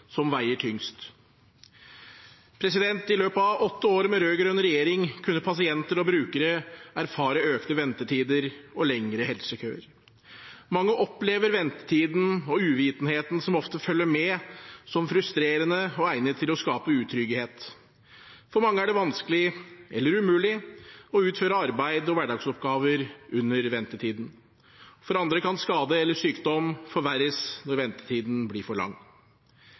som veier tyngst. I løpet av åtte år med rød-grønn regjering kunne pasienter og brukere erfare økte ventetider og lengre helsekøer. Mange opplever ventetiden og uvitenheten som ofte følger med, som frustrerende og egnet til å skape utrygghet. For mange er det vanskelig eller umulig å utføre arbeid og hverdagsoppgaver under ventetiden. For andre kan skade eller sykdom forverres når ventetiden blir for lang.